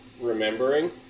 remembering